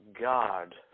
God